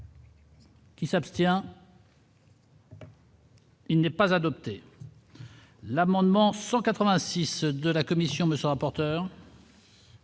Qui s'abstient. Il n'est pas adoptée. L'amendement 186 de la Commission, monsieur rapporteur.